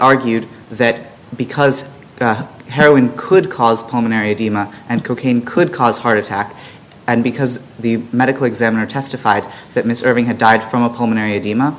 argued that because heroin could cause pulmonary edema and cocaine could cause heart attack and because the medical examiner testified that mr irving had died from a pulmonary edema